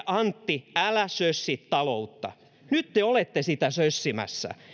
antti älä sössi taloutta nyt te olette sitä sössimässä